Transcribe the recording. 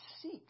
seek